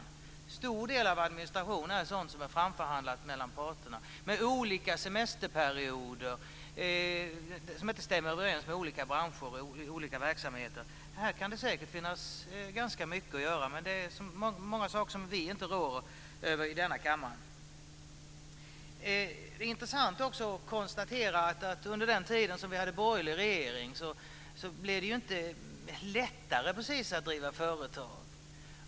En stor del av administrationen är sådant som är framförhandlat mellan parterna, olika semesterperioder som inte stämmer överens mellan olika branscher och olika verksamheter. Här kan det säkert finnas ganska mycket att göra. Det är många saker som vi inte rår över i denna kammare. Det är också intressant att konstatera att det inte precis blev lättare att driva företag under den tid som vi hade borgerlig regering.